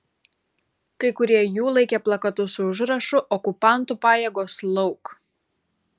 kai kurie jų laikė plakatus su užrašu okupantų pajėgos lauk